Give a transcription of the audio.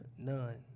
none